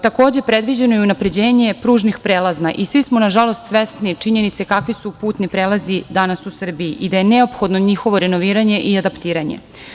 Takođe, predviđeno je unapređenje pružnih prelaza i svi smo, nažalost, svesni činjenice kakvi su putni prelazi danas u Srbiji i da je neophodno njihovo renoviranje i adaptiranje.